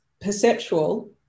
perceptual